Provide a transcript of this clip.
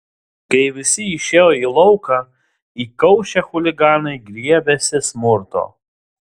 kai visi išėjo į lauką įkaušę chuliganai griebėsi smurto